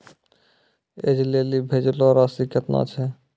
ऐज लेली बचलो राशि केतना छै?